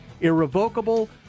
irrevocable